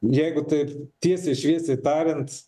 jeigu taip tiesiai šviesiai tariant